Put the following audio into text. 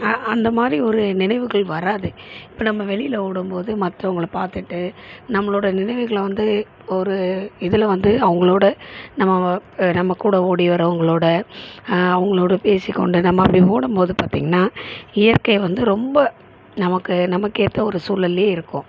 அந்தமாதிரி ஒரு நினைவுகள் வராது இப்போ நம்ம வெளியில ஓடும் போது மற்றவங்கள பார்த்துட்டு நம்மளோடய நினைவுகளை வந்து ஒரு இதில் வந்து அவங்களோட நம்ம நம்மக்கூட ஓடிவர்றவங்களோட அவங்களோட பேசிக்கொண்டு நம்ம அப்படி ஓடும் போது பார்த்திங்கனா இயற்கை வந்து ரொம்ப நமக்கு நமக்கேற்ற ஒரு சூழல்லே இருக்கும்